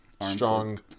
strong